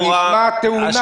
את נשמעת טעונה.